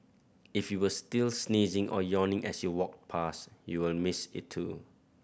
if you were still sneezing or yawning as you walked past you will miss it too